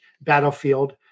battlefield